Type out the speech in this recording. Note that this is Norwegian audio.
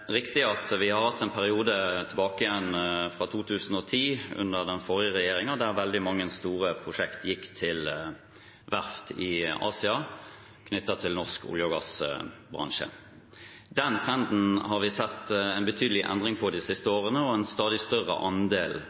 riktig at vi har hatt en periode tilbake fra 2010, under den forrige regjeringen, der veldig mange store prosjekt knyttet til norsk olje- og gassbransje gikk til verft i Asia. Den trenden har vi sett en betydelig endring på de siste årene, og en stadig større andel